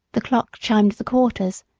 the clock chimed the quarters,